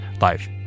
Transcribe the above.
life